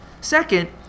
Second